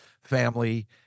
family